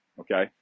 okay